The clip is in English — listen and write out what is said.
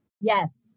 yes